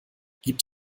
gibt